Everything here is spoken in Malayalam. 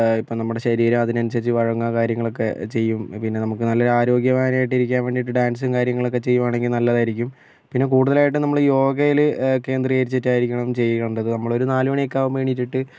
ഇപ്പോൾ നമ്മുടെ ശരീരം അതിനനുസരിച്ച് വഴങ്ങുക കാര്യങ്ങളൊക്കെ ചെയ്യും പിന്നെ നമുക്ക് നല്ല ആരോഗ്യവാനായിട്ടിരിക്കാൻ വേണ്ടിയിട്ട് ഡാൻസും കാര്യങ്ങളൊക്കെ ചെയ്യുകയാണെങ്കിൽ നല്ലതായിരിക്കും പിന്നെ കൂടുതലായിട്ടും നമ്മൾ യോഗയിൽ കേന്ദ്രീകരിച്ചിട്ടായിരിക്കണം ചെയ്യേണ്ടത് നമ്മൾ ഒരു നാല് മണിയൊക്കെ ആകുമ്പോൾ എണീറ്റിട്ട്